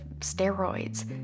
steroids